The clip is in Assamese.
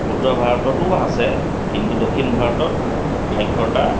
উত্তৰ ভাৰততো আছে কিন্তু দক্ষিণ ভাৰতত সাক্ষৰতা